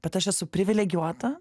bet aš esu privilegijuota